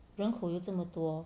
人口有这么多